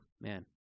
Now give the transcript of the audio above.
man